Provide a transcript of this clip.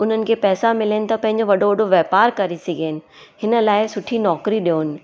उन्हनि खे पैसा मिलणु त पंहिंजो वॾो वॾो वापारु करी सघनि इन्हीअ लाइ सुठी नौकिरी ॾियणु